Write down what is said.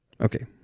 Okay